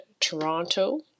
Toronto